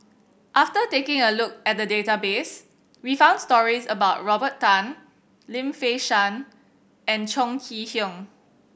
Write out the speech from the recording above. after taking a look at the database we found stories about Robert Tan Lim Fei Shen and Chong Kee Hiong